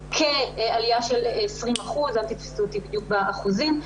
עלייה של כ-20%, אל תתפסו אותי בדיוק באחוזים.